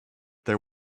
there